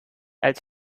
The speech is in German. als